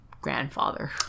grandfather